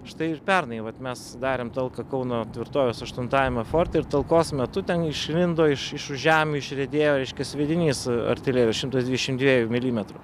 štai ir pernai vat mes darėm talką kauno tvirtovės aštuntajame forte ir talkos metu ten išlindo iš iš už žemių išriedėjo reiškias sviedinys artilerijos šimtas dvidešimt dviejų milimetrų